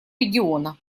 региона